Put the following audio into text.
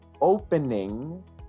opening